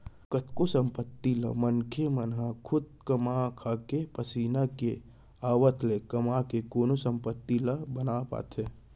कतको संपत्ति ल मनसे मन ह खुद कमा खाके पसीना के आवत ले कमा के कोनो संपत्ति ला बना पाथे